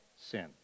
sin